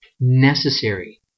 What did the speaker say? necessary